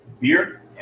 beer